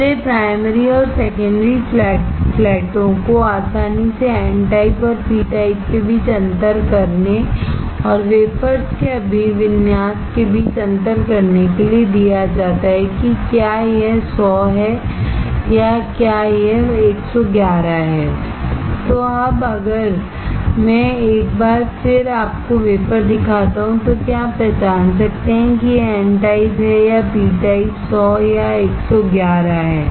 इसलिए प्राइमरी और सेकेंडरी फ्लैटों को आसानी से एन टाइपऔर पी टाइप के बीच अंतर करने और वेफर्स के अभिविन्यास के बीच अंतर करने के लिए दिया जाता है कि क्या यह 100 है या क्या यह 111 है तो अब अगर मैं एक बार फिर आपको वेफर दिखाता हूं तो क्या आप पहचान सकते हैं कि यह एन टाइप है या पी टाइप 100 या 111 है